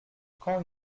quand